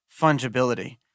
fungibility